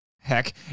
Heck